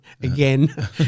again